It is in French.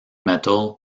metal